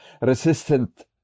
resistant